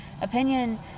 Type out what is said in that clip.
Opinion